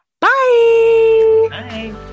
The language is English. Bye